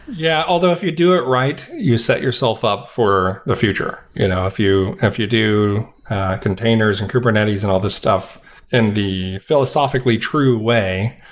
yeah, although if you do it right, you set yourself up for the future. you know if you if you do containers and kubernetes and all these stuff in the philosophically true way,